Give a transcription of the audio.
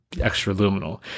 extra-luminal